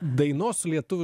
dainos lietuvių